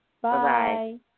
bye